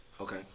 Okay